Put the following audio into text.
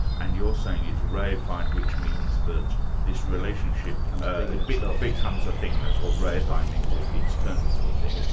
and you're saying it's reified, which means that this relationship kind of becomes becomes a thing, that's what reify means, yeah it's turned into a thing. yeah